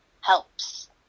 helps